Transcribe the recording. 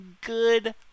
Good